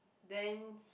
then